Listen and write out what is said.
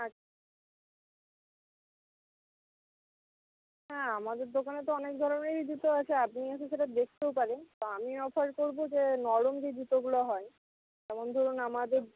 আচ্ছা হ্যাঁ আমাদের দোকানে তো অনেক ধরনেরই জুতো আছে আপনি এসে সেটা দেখতেও পারেন তো আমি অফার করবো যে নরম যে জুতোগুলো হয় যেমন ধরুন আমাদের